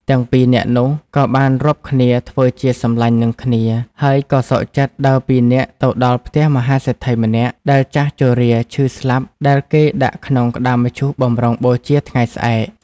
ទាំងពីរនាក់នោះក៏បានរាប់គ្នាធ្ចើជាសម្លាញ់នឹងគ្នា ហើយក៏សុខចិត្ដដើរពីនាក់ទៅដល់ផ្ទះមហាសេដ្ឋីម្នាក់ដែលចាស់ជរាឈឺស្លាប់ដែលគេដាក់ក្នុងក្ដារមឈូសបំរុងបូជាថ្ងៃស្អែក។